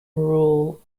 rule